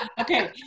okay